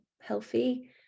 healthy